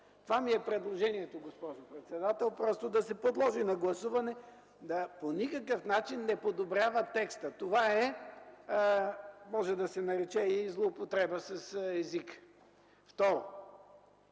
Това ми е предложението, госпожо председател: да се подложи на гласуване. По никакъв начин не подобрява текста. Това може да се нарече и злоупотреба с езика. Второ,